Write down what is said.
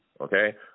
okay